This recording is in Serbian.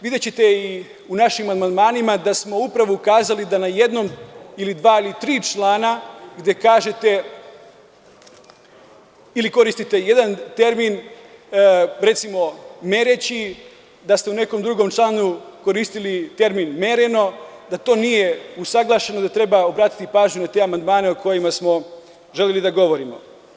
Videćete u našim amandmanima da smo upravo ukazali da na jednom, dva ili tri člana gde kažete ili koristite jedan termin, recimo, „mereći“, a u nekom drugom članu ste koristili termin „mereno“,da to nije usaglašeno, pa treba obratiti pažnju na te amandmane o kojima smo želeli da govorimo.